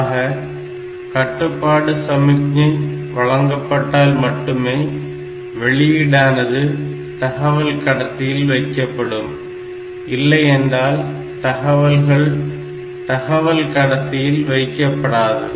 ஆக கட்டுப்பாடு சமிக்ஞை வழங்கப்பட்டால் மட்டுமே வெளியீடானது தகவல் கடத்தியில் வைக்கப்படும் இல்லை என்றால் தகவல்கள் தகவல் கடத்தியில் வைக்கப்படாது